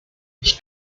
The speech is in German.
ich